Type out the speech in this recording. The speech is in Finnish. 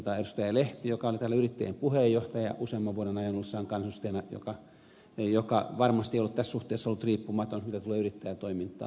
lehti joka oli täällä suomen yrittäjien puheenjohtaja useamman vuoden ajan ollessaan kansanedustajana ja varmasti ei ollut tässä suhteessa riippumaton mitä tulee yrittäjätoimintaan